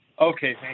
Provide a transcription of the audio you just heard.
Okay